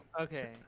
Okay